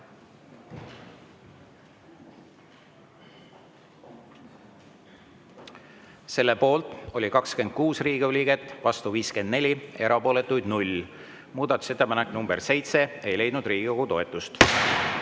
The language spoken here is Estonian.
Selle poolt oli 26 Riigikogu liiget, vastu 54, erapooletuid 0. Muudatusettepanek nr 7 ei leidnud Riigikogu toetust.